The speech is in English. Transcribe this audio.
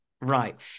right